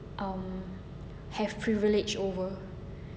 um have privilege over